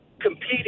competing